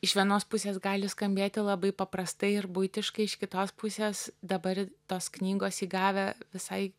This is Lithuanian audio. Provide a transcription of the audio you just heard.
iš vienos pusės gali skambėti labai paprastai ir buitiškai iš kitos pusės dabar tos knygos įgavę visai